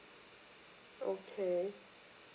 okay